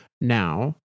Now